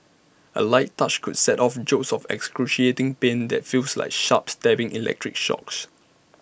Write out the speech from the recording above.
A light touch could set off jolts of excruciating pain that feels like sharp stabbing electric shocks